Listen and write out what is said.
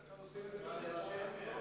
רבותי חברי הכנסת, אנחנו